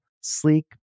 sleek